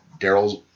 Daryl's